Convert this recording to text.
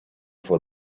for